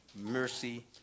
mercy